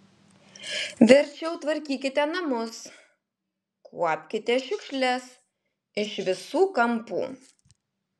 verčiau tvarkykite namus kuopkite šiukšles iš visų kampų